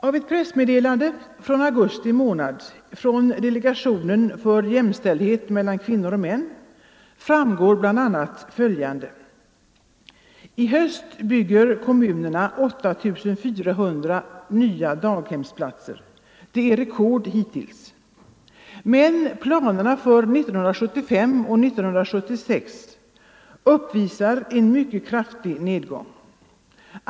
Av ett pressmeddelande från augusti månad från delegationen för jämställdhet mellan män och kvinnor framgår bl.a. följande. I höst bygger kommunerna 8 400 nya daghemsplatser. Det är rekord hittills. Men planerna för 1975 och 1976 uppvisar en mycket kraftig nedgång.